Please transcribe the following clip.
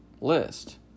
list